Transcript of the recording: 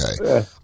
okay